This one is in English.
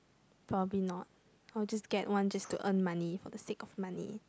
probably not I will just get one just to earn money for the sake of the money